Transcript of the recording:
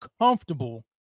comfortable